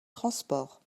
transports